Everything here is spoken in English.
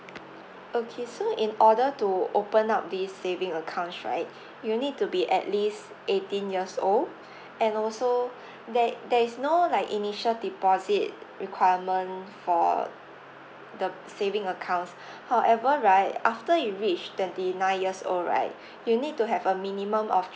okay so in order to open up this saving accounts right you need to be at least eighteen years old and also there it there is no like initial deposit requirement for the saving accounts however right after you reach twenty nine years old right you need to have a minimum of